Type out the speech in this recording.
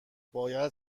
باید